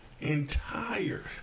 entire